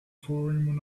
forwarding